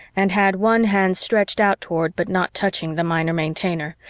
and had one hand stretched out toward but not touching the minor maintainer,